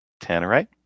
Tannerite